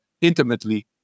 intimately